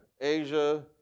Asia